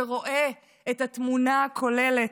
שרואה את התמונה הכוללת,